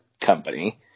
company